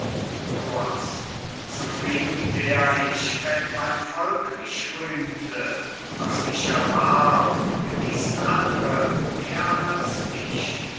zufrieden wär ich wenn mein volk mich rühmte was ich erwarb genießen andre mehr als ich